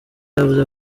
yavuze